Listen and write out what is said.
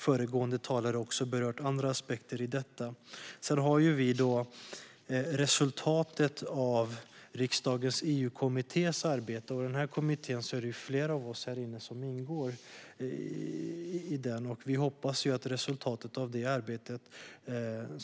Föregående talare har också berört andra aspekter av detta. Resultatet av riksdagens EU-kommittés arbete - flera av oss som är närvarande här i kammaren ingår i den kommittén - kommer att redovisas snart.